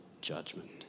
judgment